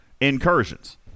incursions